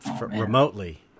remotely